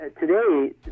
today